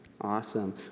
Awesome